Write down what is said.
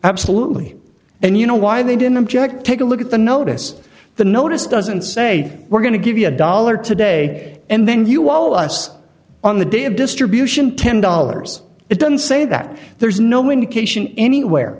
absolutely and you know why they didn't object take a look at the notice the notice doesn't say we're going to give you a dollar today and then you all of us on the day of distribution ten dollars it doesn't say that there's no indication anywhere